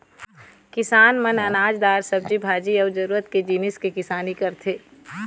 किसान मन अनाज, दार, सब्जी भाजी अउ जरूरत के जिनिस के किसानी करथे